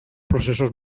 processos